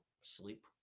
sleep